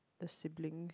the sibling